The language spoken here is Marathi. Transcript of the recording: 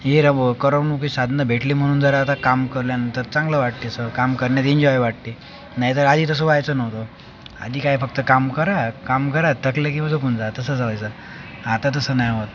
करमणूकीची साधनं भेटली म्हणून जरा आता काम केल्यानंतर चांगलं वाटते काम करण्यात ईन्जॉय वाटते नाहीतर आधी तसं व्हायचं नव्हतं आधी काय फक्त काम करा काम करा थकलं की मग झोपून जा तसंच व्हायचं आता तसं नाही होत